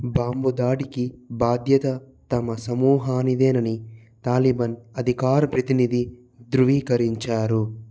bomb దాడికి బాధ్యత తమ సమూహానిదేనని తాలిబాన్ అధికార ప్రతినిధి ధృవీకరించారు